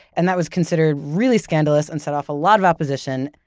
and that was considered really scandalous, and set off a lot of opposition.